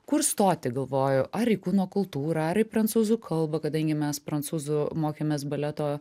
kur stoti galvoju ar į kūno kultūrą ar į prancūzų kalbą kadangi mes prancūzų mokėmės baleto